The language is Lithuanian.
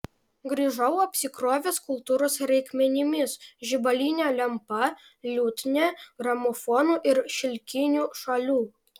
grįžau apsikrovęs kultūros reikmenimis žibaline lempa liutnia gramofonu ir šilkiniu šalių